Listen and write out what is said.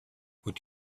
would